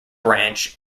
branch